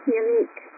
unique